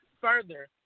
further